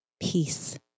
Peace